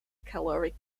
caloric